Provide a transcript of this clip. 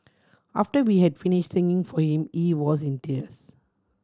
after we had finished singing for him he was in tears